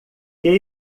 que